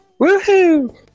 Woohoo